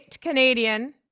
Canadian